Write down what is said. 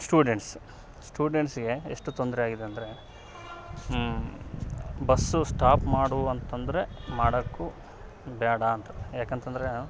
students ಸ್ಟೂಡೆಂಟ್ಸ್ಗೆ ಎಷ್ಟು ತೊಂದರೆ ಆಗಿದೆ ಅಂದರೆ ಬಸ್ಸು ಸ್ಟಾಪ್ ಮಾಡು ಅಂತಂದ್ರೆ ಮಾಡೋಕ್ಕು ಬೇಡ ಅಂತ ಯಾಕೆತಂದ್ರೆ